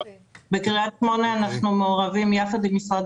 בקריית שמונה אנחנו מעורבים יחד עם משרד